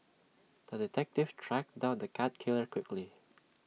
the detective tracked down the cat killer quickly